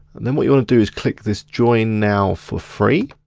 and then what you wanna do is click this join now for free.